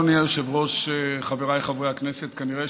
אדוני היושב-ראש, חבריי חברי הכנסת, כנראה